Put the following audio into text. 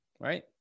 right